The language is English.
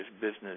business